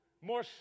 more